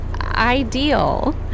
ideal